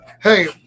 hey